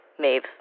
Maeve